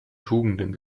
tugenden